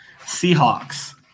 Seahawks